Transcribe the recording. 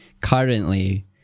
currently